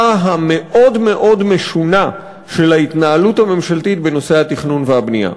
המאוד-מאוד משונה של ההתנהלות הממשלתית בנושא התכנון והבנייה.